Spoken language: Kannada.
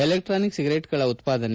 ಎಲೆಕ್ಸಾನಿಕ್ ಸಿಗರೇಟ್ಗಳ ಉತ್ಪಾದನೆ